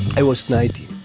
i was nineteen,